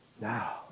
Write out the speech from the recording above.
Now